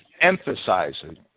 emphasizing